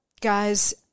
guys